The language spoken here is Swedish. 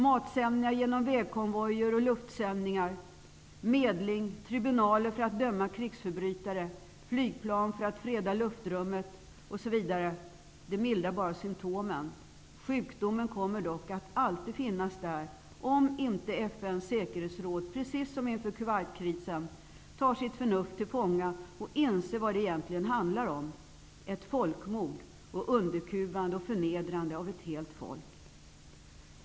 Matsändningar genom vägkonvojer och luftsändningar, medling, tribunaler för att döma krigsförbrytare, flygplan för att freda luftrummet osv. mildrar bara symptomen. Sjukdomen kommer dock att alltid finnas där, om inte FN:s säkerhetsråd precis som inför Kuwaitkrisen tar sitt förnuft till fånga och inser vad det egentligen handlar om, ett folkmord och underkuvande och förnedrande av ett helt folk.